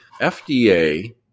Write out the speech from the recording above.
FDA